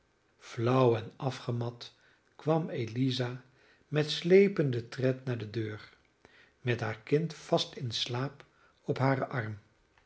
flauw en afgemat kwam eliza met slepende tred naar de deur met haar kind vast in slaap op haren arm